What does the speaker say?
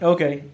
Okay